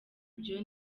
ibyo